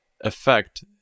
effect